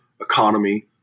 economy